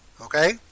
Okay